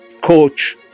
Coach